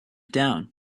down